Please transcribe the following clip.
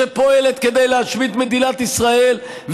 שפועלת כדי להשמיד את מדינת ישראל,